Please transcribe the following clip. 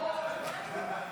את הנושא לוועדת הכלכלה נתקבלה.